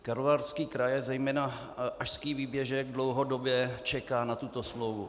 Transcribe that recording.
Karlovarský kraj a zejména ašský výběžek dlouhodobě čeká na tuto smlouvu.